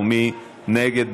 מי נגד?